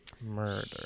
Murder